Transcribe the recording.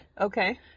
Okay